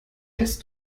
selbst